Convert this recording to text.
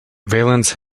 valens